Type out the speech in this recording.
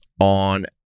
on